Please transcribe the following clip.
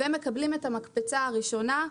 ומקבלים את המקפצה הראשונה.